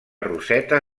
roseta